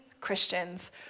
Christians